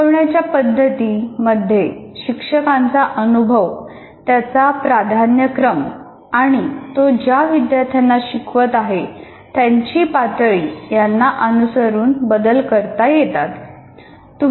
शिकवण्याच्या पद्धती मध्ये शिक्षकांचा अनुभव त्याचा प्राधान्यक्रम आणि तो ज्या विद्यार्थ्यांना शिकवत आहे त्यांची पातळी यांना अनुसरून बदल करता येतात